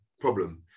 problem